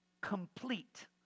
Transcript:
complete